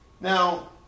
Now